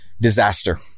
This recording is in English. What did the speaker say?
disaster